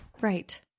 Right